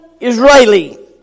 Israeli